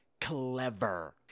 Clever